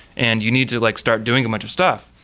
and you need to like start doing a bunch of stuff.